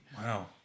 Wow